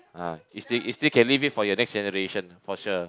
ah you still you still can leave it for your next generation for sure